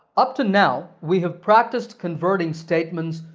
up to now, we have practiced converting statements,